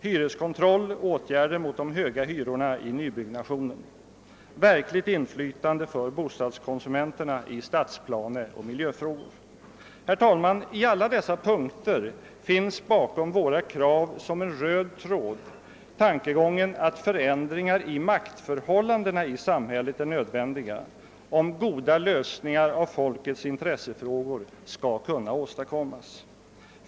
Hyreskontroll införs och åtgärder vidtas mot de höga hyrorna i nybyggnationen. Verkligt inflytande ges bostadskonsumenterna i stadsplaneoch miljöfrågor. Herr talman! I alla dessa punkter finns bakom våra krav som en röd tråd tankegången att förändringar i maktförhållandena i samhället är nödvändiga om goda lösningar av folkets intressefrågor skall kunna åstadkommas.